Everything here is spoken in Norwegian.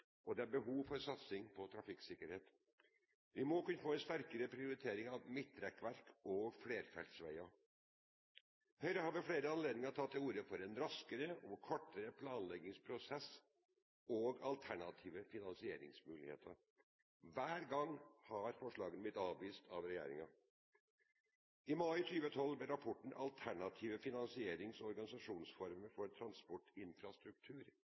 og det er behov for satsing på trafikksikkerhet. Vi må kunne få en sterkere prioritering av midtrekkverk og flerfeltsveier. Høyre har ved flere anledninger tatt til orde for en raskere og kortere planleggingsprosess og alternative finansieringsmuligheter. Hver gang har forslagene blitt avvist av regjeringen. I mai 2012 ble rapporten Alternative finansierings- og organiseringsformer for transportinfrastruktur